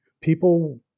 people